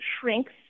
shrinks